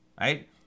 right